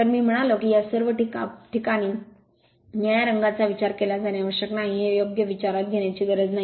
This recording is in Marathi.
तर मी म्हणालो की या सर्व प्रकरणात निळ्या रंगाचा विचार केला जाणे आवश्यक नाही हे योग्य विचारात घेण्याची गरज नाही